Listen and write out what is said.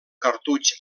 cartutx